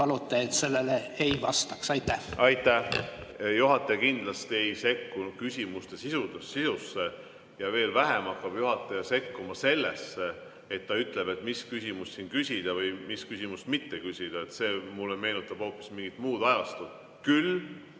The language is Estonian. palute, et sellele ei vastataks? Aitäh! Juhataja kindlasti ei sekku küsimuste sisusse ja veel vähem hakkab juhataja sekkuma sellesse, et ta ütleb, mis küsimust siin küsida või mis küsimust mitte küsida. See mulle meenutab hoopis mingit muud ajastut. Küll